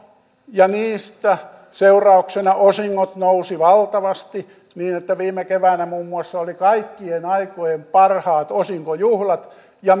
ja sen seurauksena osingot nousivat valtavasti niin että viime keväänä muun muassa oli kaikkien aikojen parhaat osinkojuhlat ja